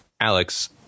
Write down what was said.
Alex